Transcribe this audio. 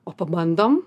o pabandom